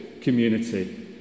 community